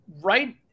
right